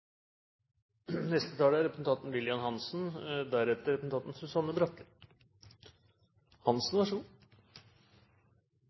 Neste taler er representanten